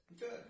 Good